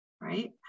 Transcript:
right